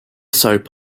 soap